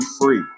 free